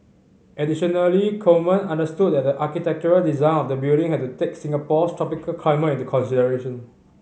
additionally Coleman understood that the architectural design of the building had to take Singapore's tropical climate into consideration